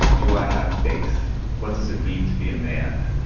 do i have faith? what does it mean to be a man?